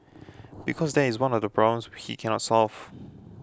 because that is one of the problems he can not solve